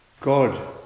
God